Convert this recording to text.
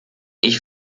ich